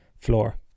floor